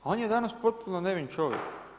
On je danas potpuno nevin čovjek.